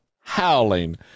howling